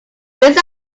miss